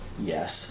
yes